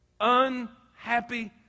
Unhappy